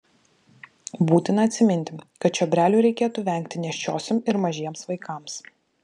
būtina atsiminti kad čiobrelių reikėtų vengti nėščiosioms ir mažiems vaikams